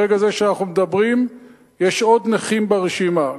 ברגע זה כשאנחנו מדברים יש עוד נכים ברשימה,